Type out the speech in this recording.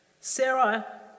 Sarah